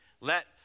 Let